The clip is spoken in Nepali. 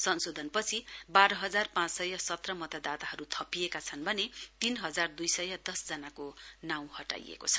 संशोधनपछि बाह हजार पाँच सय सत्र मतदाताहरू थपिएका छन् भने तीन हजार दुई सय दश जनाको नाम हटाइएको छ